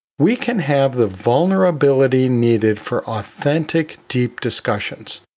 we can have the vulnerability needed for authentic deep discussions,